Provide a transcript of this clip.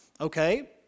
okay